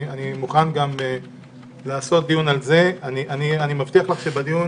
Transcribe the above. אני מוכן לעשות דיון על זה ואני מבטיח לך שבדיון